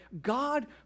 God